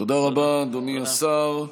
תודה רבה, אדוני השר.